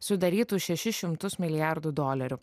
sudarytų šešis šimtus milijardų dolerių